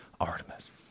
Artemis